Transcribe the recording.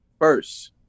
first